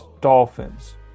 Dolphins